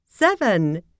Seven